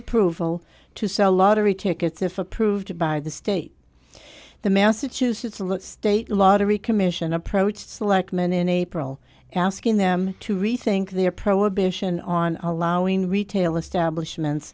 approval to sell lottery tickets if approved by the state the massachusetts look state lottery commission approached selectman in april asking them to rethink their prohibition on allowing retail establishment